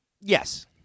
Yes